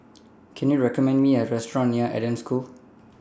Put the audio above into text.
Can YOU recommend Me A Restaurant near Eden School